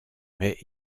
mais